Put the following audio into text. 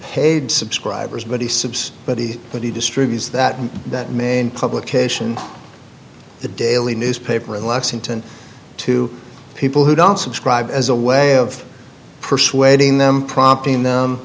paid subscribers but he subsist but he but he distributes that in that main publication the daily newspaper in lexington to people who don't subscribe as a way of persuading them promptin